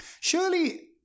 Surely